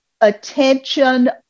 Attention